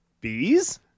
Bees